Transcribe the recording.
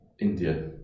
India